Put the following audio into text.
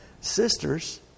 sisters